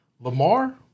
Lamar